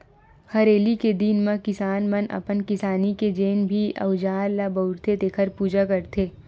हरेली के दिन म किसान मन अपन किसानी के जेन भी अउजार ल बउरथे तेखर पूजा करथे